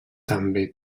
també